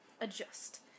Adjust